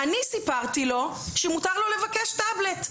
אני סיפרתי לו שמותר לו לבקש טאבלט.